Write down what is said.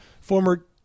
Former